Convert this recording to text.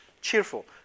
Cheerful